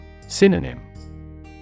Synonym